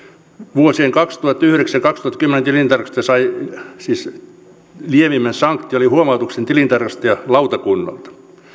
vuosien kaksituhattayhdeksän viiva kaksituhattakymmenen tilintarkastaja sai lievimmän sanktion eli huomautuksen tilintarkastuslautakunnalta